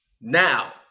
now